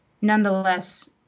nonetheless